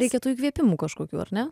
reikia tų įkvėpimų kažkokių ar ne